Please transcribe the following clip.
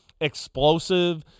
explosive